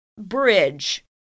bridge